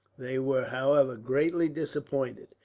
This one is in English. they were, however, greatly disappointed.